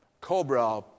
Cobra